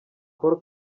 paul